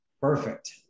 Perfect